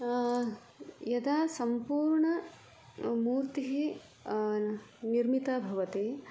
यदा सम्पूर्ण मूर्तिः निर्मिता भवति